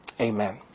Amen